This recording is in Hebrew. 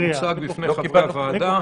הוא מוצג בפני חברי הוועדה.